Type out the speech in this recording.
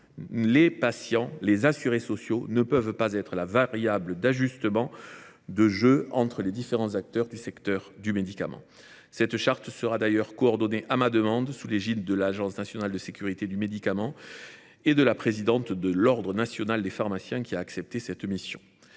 Les patients et assurés sociaux ne peuvent pas être la variable d’ajustement entre les différents acteurs du secteur du médicament. Cette charte sera d’ailleurs coordonnée, à ma demande, sous l’égide de l’Agence nationale de sécurité du médicament et des produits de santé (ANSM) et de la présidente de l’ordre national des pharmaciens, qui a accepté cette mission.